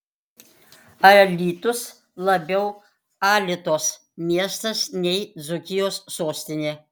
alytus labiau alitos miestas nei dzūkijos sostinė